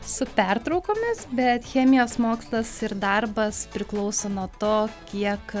su pertraukomis bet chemijos mokslas ir darbas priklauso nuo to kiek